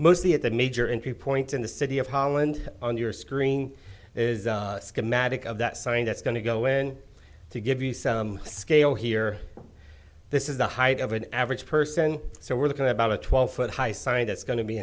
mostly at the major entry point in the city of holland on your screen is a schematic of that sign that's going to go in to give you some scale here this is the height of an average person so we're looking at about a twelve foot high sign that's go